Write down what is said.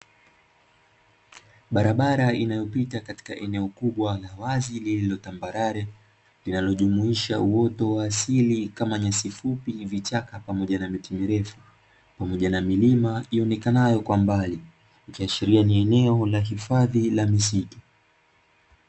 Barabara inayopita katika eneo kubwa la wazi lililo tambarare linalojumuisha uoto wa asili kama nyasi fupi, vichaka pamoja na miti mirefu pamoja na milima iyonekanayo kwa mbali ikiashiria ni eneo la hifadhi la misitu.